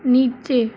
नीचे